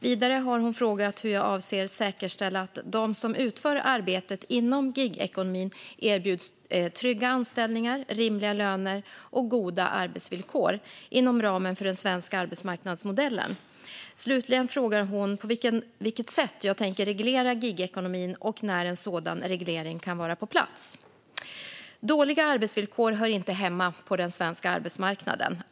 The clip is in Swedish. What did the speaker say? Vidare har hon frågat hur jag avser att säkerställa att de som utför arbetet inom gigekonomin erbjuds trygga anställningar, rimliga löner och goda arbetsvillkor inom ramen för den svenska arbetsmarknadsmodellen. Slutligen frågar hon på vilket sätt jag tänker reglera gigekonomin och när en sådan reglering kan vara på plats. Dåliga arbetsvillkor hör inte hemma på den svenska arbetsmarknaden.